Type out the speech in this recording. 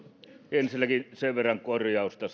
ensinnäkin sen verran korjausta